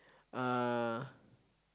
uh